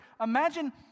Imagine